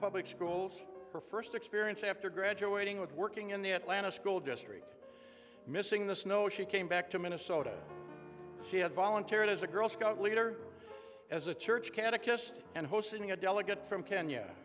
public schools her first experience after graduating with working in the atlanta school district missing the snow she came back to minnesota she had volunteered as a girl scout leader as a church catechist and hosting a delegate from kenya